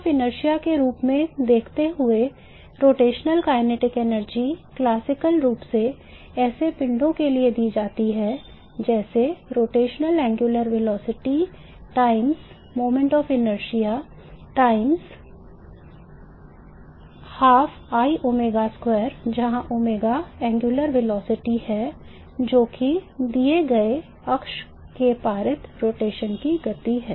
इसे moments of inertia के रूप में देखते हुए घूर्णी गतिज ऊर्जा times moments of inertia गुणा जहां ओमेगा कोणीय वेग है जो कि दिए गए अक्ष के परितः रोटेशन की गति है